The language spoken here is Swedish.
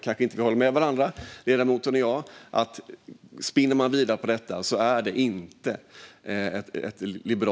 Kanske håller ledamoten och jag inte med varandra.